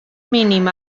mínim